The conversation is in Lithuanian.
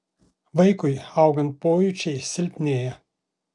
vaikui augant pojūčiai silpnėja